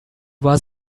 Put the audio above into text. was